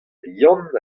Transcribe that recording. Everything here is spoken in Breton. yann